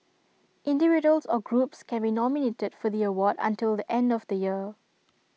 individuals or groups can be nominated for the award until the end of the year